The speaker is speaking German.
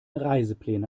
reisepläne